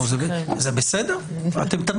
זאת שאלה לא שרירותית,